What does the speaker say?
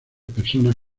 personas